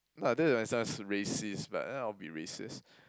now that may sound racist but then I'll be racist